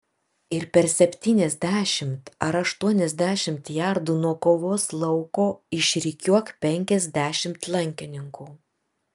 ir per septyniasdešimt ar aštuoniasdešimt jardų nuo kovos lauko išrikiuok penkiasdešimt lankininkų